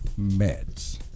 meds